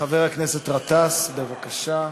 חבר הכנסת גטאס, בבקשה.